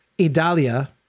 Idalia